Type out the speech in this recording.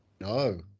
no